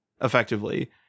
effectively